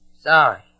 Sorry